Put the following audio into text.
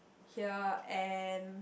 here and